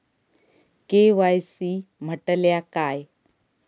KYC म्हटल्या काय?